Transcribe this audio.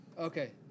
Okay